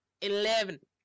Eleven